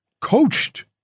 coached